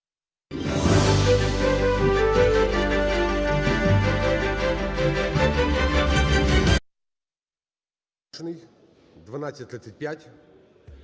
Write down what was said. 12:35